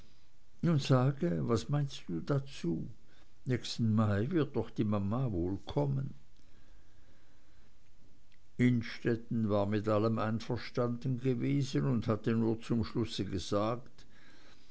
nun sage was meinst du dazu nächsten mai wird doch die mama wohl kommen innstetten war mit allem einverstanden gewesen und hatte nur zum schluß gesagt